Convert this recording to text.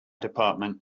department